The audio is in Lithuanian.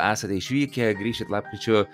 esate išvykę grįšit lapkričio